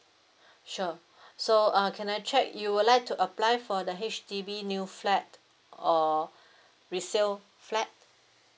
sure so uh can I check you would like to apply for the H_D_B new flat or resale flat